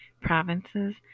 provinces